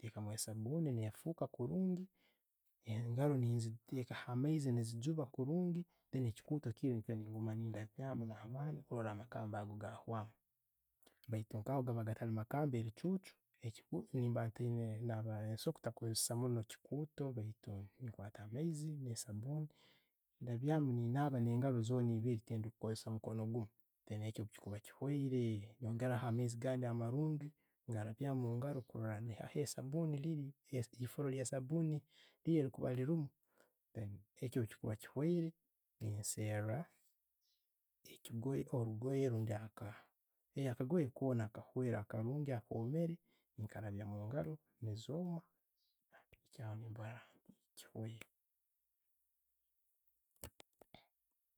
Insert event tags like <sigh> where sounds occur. Ntekaamu esaabuni, ne'fuukaa kurungi, engaro nenziteka hamaizi, nezigyuba kurungi, then ekikuuta kiri nengumya'nedabyaamu na'amaani gawamu baitu nkago bwikubba gatali makamba eri chujju, nembe otayiina, no'sobora butakosesa munno echikuuta, okwatta amaiizi, na'sabbuni, ninaba nengaro zange zoona ebiiri, tinkukosesa mukono gummu. Hati, ekyo bwichikuba choire, yongeraho amaizi gange amarungi, ngarabyamu omungaro kurora erifuuru eya'saabuuni bwerikuba liliimu. Echo bwe'chikuba chihoire, nentunga echigoye, orbundi, akagoye koona, akarikweera akomere nkarabya omungaro nezooma <unintelligible> kiwile.